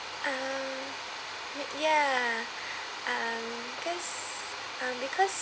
um y~ ya um cause um because